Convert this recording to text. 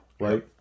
right